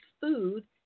food